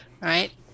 right